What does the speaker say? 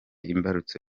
imbarutso